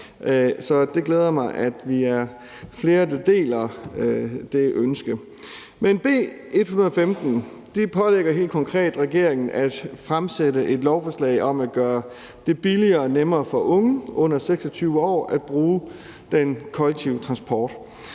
så det glæder mig, at vi er flere, der deler det ønske. Men B 115 pålægger helt konkret regeringen at fremsætte et lovforslag om at gøre det billigere og nemmere for unge under 26 år at bruge den kollektive transport.